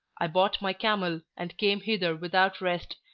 i bought my camel, and came hither without rest,